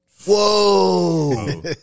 Whoa